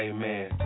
Amen